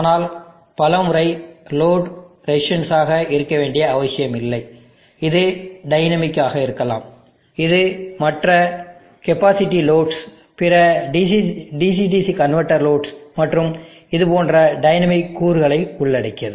ஆனால் பல முறை லோடு ரெசிஸ்டன்ஸ் ஆக இருக்க வேண்டிய அவசியமில்லை இது டைனமிக் ஆக இருக்கலாம் இது மற்ற கெப்பாசிட்டி லோட்ஸ் பிற DC DC கன்வெர்ட்டர் லோட்ஸ் மற்றும் இதுபோன்ற டைனமிக் கூறுகளை உள்ளடக்கியது